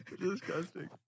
Disgusting